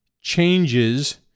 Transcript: changes